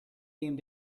came